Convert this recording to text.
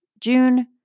June